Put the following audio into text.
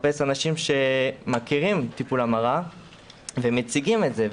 לחפש אנשים שמכירים טיפול המרה ומציגים את זה.